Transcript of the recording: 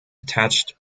attached